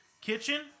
Kitchen